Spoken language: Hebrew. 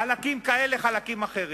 חלקים כאלה וחלקים אחרים.